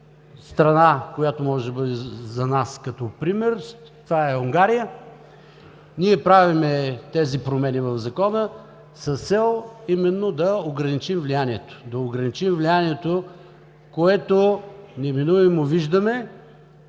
страна, която може да бъде за нас като пример – това е Унгария. Ние правим тези промени в Закона с цел именно да ограничим влиянието, което неминуемо виждаме.